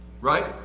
Right